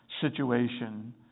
situation